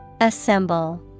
Assemble